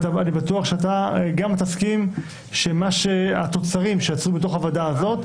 אני בטוח שגם אתה תסכים שהתוצרים שיצאו מתוך הוועדה הזאת,